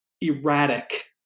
erratic